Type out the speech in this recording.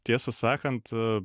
tiesą sakant